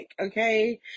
okay